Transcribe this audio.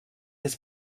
his